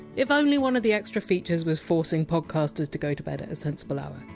if only one of the extra features was! forcing podcasters to go to bed at a sensible hour!